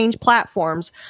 platforms